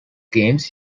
games